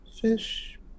fish